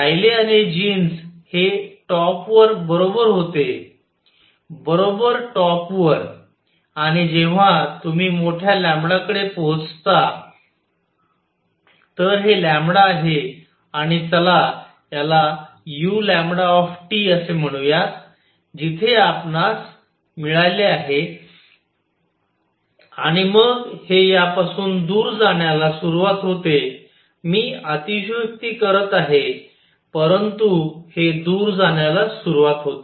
रायले आणि जीन्स हे टॉप वर बरोबर होते बरोबर टॉप वर आणि जेव्हा तुम्ही मोठ्या कडे पोहचता तर हे आहे आणि चला याला u असे म्हणूयात जिथे आपणास मिळाले आहे आणि मग हे यापासून दूर जाण्याला सुरवात होते मी अतिशयोक्ती करत आहे परंतु हे दूर जाण्याला सुरवात होते